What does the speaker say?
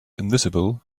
invisible